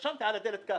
כך רשמתי על הדלת.